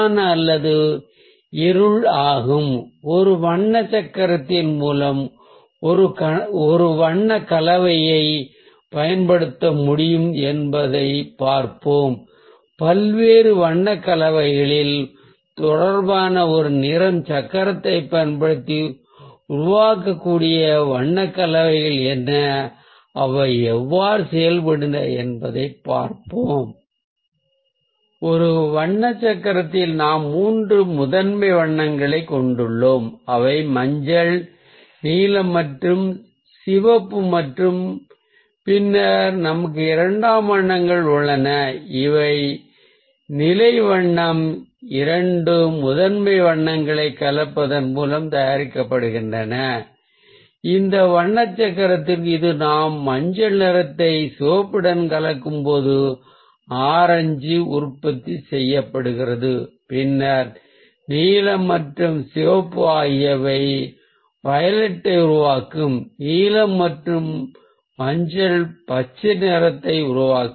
வண்ண சக்கரத்தைப் பயன்படுத்துவதன் மூலம் வண்ண கலவையை மிகவும் மூலோபாய வழியில் எவ்வாறு பயன்படுத்தலாம் என்பதைப் பார்ப்போம் ஒரு வண்ண சக்கரம் என்றால் என்ன சக்கரத்தில் வண்ணங்கள் எவ்வாறு அமைக்கப்பட்டிருக்கின்றன மற்றும் வெவ்வேறு வண்ண சேர்க்கைகளால் அவை எவ்வாறு விஞ்ஞான ரீதியாக ஒன்றுக்கொன்று தொடர்புடையவை வண்ண சக்கரத்தைப் பயன்படுத்துவதன் மூலம் உருவாக்கக்கூடிய வண்ண கலவைகள் என்ன அவை எவ்வாறு உள்ளன மற்றும் அதன் செயல்பாடு பற்றி பார்ப்போம் ஒரு வண்ண சக்கரத்தில் நாம் மூன்று முதன்மை வண்ணங்களைக் கொண்டுள்ளோம் அவை மஞ்சள் நீலம் மற்றும் சிவப்பு மற்றும் பின்னர் நமக்கு இரண்டாம் வண்ணங்கள் உள்ளன இரண்டாம் நிலை வண்ணம் இரண்டு முதன்மை வண்ணங்களை கலப்பதன் மூலம் தயாரிக்கப்படுகிறது இந்த வண்ண சக்கரத்திற்கு நாம் மஞ்சள் நிறத்தை சிவப்புடன் கலக்கும்போது ஆரஞ்சு உற்பத்தி செய்யப்படுகிறது பின்னர் நீலம் மற்றும் சிவப்பு ஆகியவை வயலட்டை உருவாக்கும் நீலம் மற்றும் மஞ்சள் பச்சை நிறத்தை உருவாக்கும்